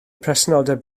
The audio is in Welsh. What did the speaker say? presenoldeb